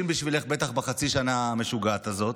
בשבילך בטח בחצי השנה המשוגעת הזאת.